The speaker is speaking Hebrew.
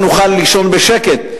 לא נוכל לישון בשקט,